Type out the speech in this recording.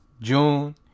June